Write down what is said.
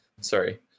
sorry